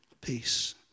peace